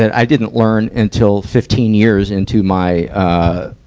i didn't learn until fifteen years into my, ah,